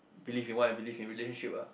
believe in what I believe in relationship ah